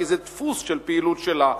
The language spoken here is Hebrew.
כי זה דפוס פעילות שלה,